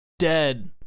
Dead